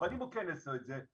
אבל אם הוא כן עושה את זה,